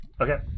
Okay